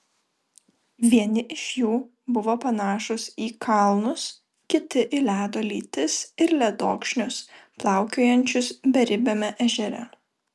vieni iš jų buvo panašūs į kalnus kiti į ledo lytis ir ledokšnius plaukiojančius beribiame ežere